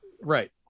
Right